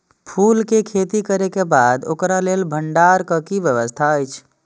फूल के खेती करे के बाद ओकरा लेल भण्डार क कि व्यवस्था अछि?